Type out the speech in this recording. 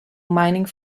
mining